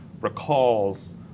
recalls